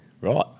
Right